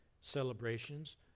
celebrations